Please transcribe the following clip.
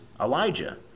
Elijah